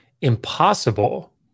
impossible